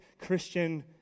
Christian